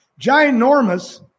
Ginormous